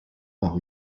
par